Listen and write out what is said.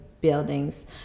buildings